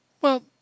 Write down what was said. Well